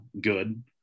good